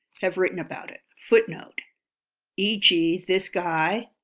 have written about it. footnote e g. this guy,